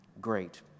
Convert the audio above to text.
great